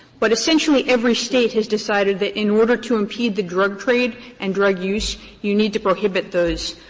but essentially every state has decided that in order to impede the drug trade and drug use you need to prohibit those.